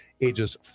ages